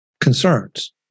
concerns